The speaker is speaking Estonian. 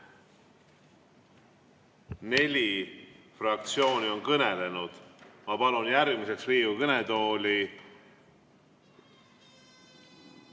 neli fraktsiooni on kõnelenud. Ma palun järgmiseks Riigikogu kõnetooli